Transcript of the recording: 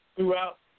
Throughout